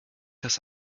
das